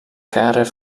garen